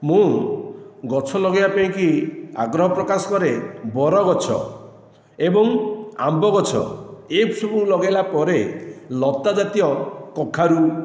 ମୁଁ ଗଛ ଲଗେଇବା ପାଇଁ କି ଆଗ୍ରହ ପ୍ରକାଶ କରେ ବରଗଛ ଏବଂ ଆମ୍ବଗଛ ଏଇସବୁ ଲଗାଇଲା ପରେ ଲତା ଜାତୀୟ କଖାରୁ